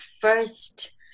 first